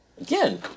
again